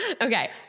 okay